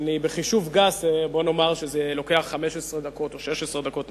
בחישוב גס אומר שזה 15 או 16 דקות נסיעה.